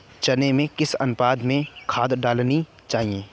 चने में किस अनुपात में खाद डालनी चाहिए?